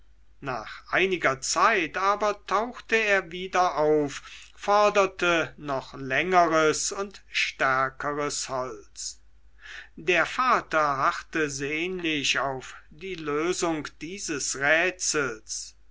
nach einiger zeit aber tauchte er wieder auf forderte noch längeres und stärkeres holz der vater harrte sehnlich auf die lösung dieses rätsels